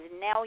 now